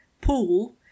pool